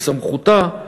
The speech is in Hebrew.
בסמכותה,